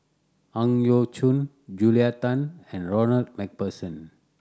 Ang Yau Choon Julia Tan and Ronald Macpherson